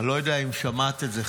אני לא יודע אם שמעת את זה,